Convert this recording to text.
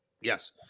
Yes